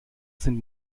sind